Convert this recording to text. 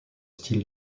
still